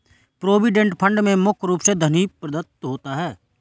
provident fund में मुख्य रूप से धन ही प्रदत्त होता है